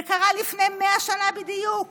זה קרה לפני 100 שנה בדיוק,